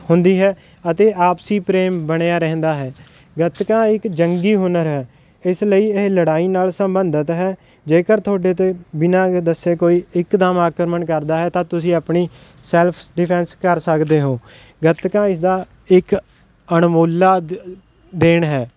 ਹੁੰਦੀ ਹੈ ਅਤੇ ਆਪਸੀ ਪ੍ਰੇਮ ਬਣਿਆ ਰਹਿੰਦਾ ਹੈ ਗੱਤਕਾ ਇੱਕ ਜੰਗੀ ਹੁਨਰ ਹੈ ਇਸ ਲਈ ਇਹ ਲੜਾਈ ਨਾਲ ਸੰਬੰਧਿਤ ਹੈ ਜੇਕਰ ਤੁਹਾਡੇ 'ਤੇ ਬਿਨਾਂ ਦੱਸੇ ਕੋਈ ਇੱਕਦਮ ਆਕਰਮਣ ਕਰਦਾ ਹੈ ਤਾਂ ਤੁਸੀਂ ਆਪਣੀ ਸੈਲਫ ਡਿਫੈਂਸ ਕਰ ਸਕਦੇ ਹੋ ਗੱਤਕਾ ਇਸਦਾ ਇੱਕ ਅਣਮੁੱਲਾ ਦ ਦੇਣ ਹੈ